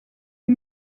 est